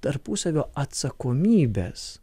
tarpusavio atsakomybės